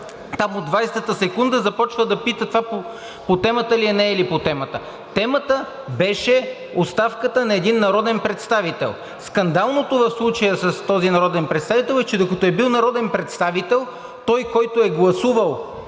от 20-ата секунда започва да пита: това по темата ли е, не е ли по темата? Темата беше оставката на един народен представител. Скандалното в случая с този народен представител е, че докато е бил народен представител, той, който е гласувал